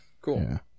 Cool